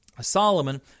Solomon